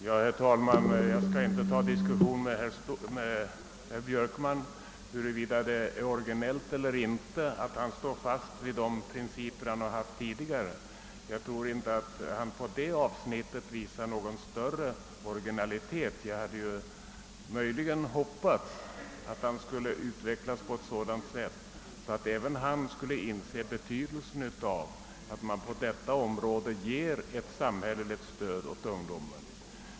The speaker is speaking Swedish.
Herr talman! Jag skall inte ta upp en diskussion här med herr Björkman om huruvida det är originellt eller inte att han står fast vid de principer han har haft tidigare — jag tror inte att han på det avsnittet visar någon större originalitet. Jag hade möjligen hoppats att han skulle utvecklas på ett sådant sätt, att även han skulle inse betydelsen av att man på detta område ger ett samhälleligt stöd åt ungdomen.